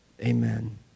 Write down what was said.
amen